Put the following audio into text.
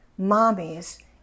Mommies